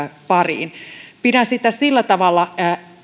pariin pidän sitä sillä tavalla